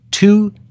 Two